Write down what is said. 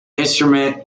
instrument